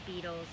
Beatles